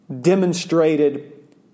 demonstrated